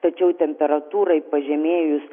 tačiau temperatūrai pažemėjus